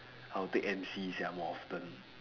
I'll take M_C sia more often